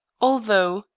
although,